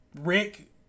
rick